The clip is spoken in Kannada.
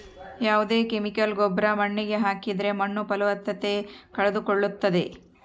ಯಾವ್ದೇ ಕೆಮಿಕಲ್ ಗೊಬ್ರ ಮಣ್ಣಿಗೆ ಹಾಕಿದ್ರೆ ಮಣ್ಣು ಫಲವತ್ತತೆ ಕಳೆದುಕೊಳ್ಳುತ್ತದೆ